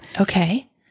Okay